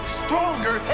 stronger